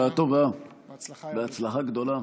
בשעה טובה ובהצלחה גדולה.